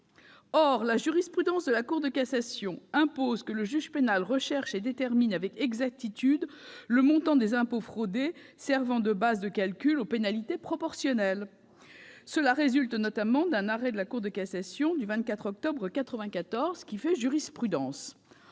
Or la jurisprudence de la Cour de cassation impose que le juge pénal recherche et détermine avec exactitude le montant des impôts fraudés servant de base de calcul aux pénalités proportionnelles. Cela résulte notamment d'un arrêt de la Cour de cassation du 24 octobre 1994, qui fait jurisprudence.